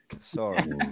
sorry